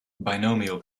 binomial